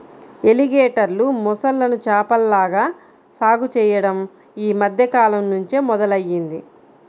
ఎలిగేటర్లు, మొసళ్ళను చేపల్లాగా సాగు చెయ్యడం యీ మద్దె కాలంనుంచే మొదలయ్యింది